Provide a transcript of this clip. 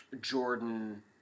Jordan